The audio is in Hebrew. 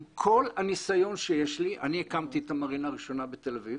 עם כל הניסיון שיש לי אני הקמתי את המרינה הראשונה בתל אביב